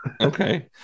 Okay